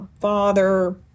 father